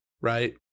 right